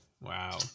Wow